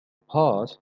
part